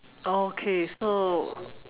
oh okay so